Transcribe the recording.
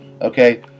Okay